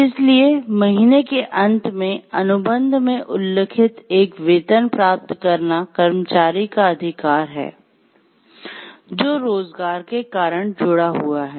इसलिए महीने के अंत में अनुबंध में उल्लिखित एक वेतन प्राप्त करना कर्मचारी का अधिकार है जो रोजगार के कारण जुड़ा हुआ है